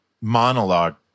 monologue